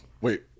Wait